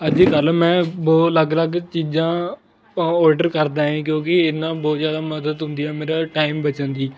ਅੱਜ ਕੱਲ੍ਹ ਮੈਂ ਬਹੁਤ ਅਲੱਗ ਅਲੱਗ ਚੀਜ਼ਾਂ ਆ ਔਡਰ ਕਰਦਾ ਹੈ ਕਿਉਂਕਿ ਇਹਦੇ ਨਾਲ ਬਹੁਤ ਜ਼ਿਆਦਾ ਮਦਦ ਹੁੰਦੀ ਆ ਮੇਰਾ ਟਾਈਮ ਬਚਣ ਦੀ